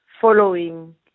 following